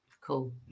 cool